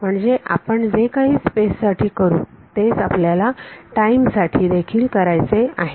म्हणजे आपण जे काही स्पेस साठी करू तेच आपल्याला टाईम साठी ही करायचे आहे